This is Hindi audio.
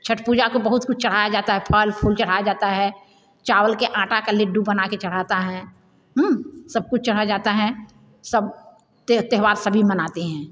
छठ पूजा को बहुत कुछ चढ़ाया जाता है फल फुल चढ़ाया जाता है चावल के आटा का लड्डू बना के चढ़ाता है सब कुछ चढ़ाया जाता है सब त्योहार सभी मनाते हैं